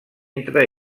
entre